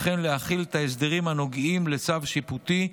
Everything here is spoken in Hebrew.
וכן להחיל את ההסדרים הנוגעים לצו שיפוטי,